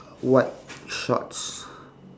white shorts